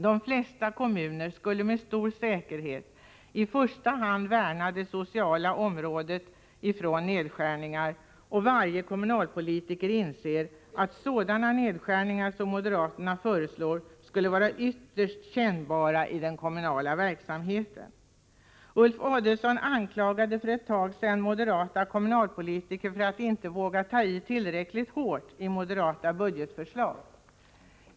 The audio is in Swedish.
De flesta kommuner skulle med stor säkerhet i första hand värna det sociala området från nedskärningar, och varje kommunalpolitiker inser att sådana nedskärningar som moderaterna föreslår skulle vara ytterst kännbara i den kommunala verksamheten. Ulf Adelsohn anklagade för en tid sedan moderata kommunalpolitiker för att inte våga ta i tillräckligt hårt i moderata budgetförslag.